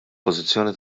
pożizzjoni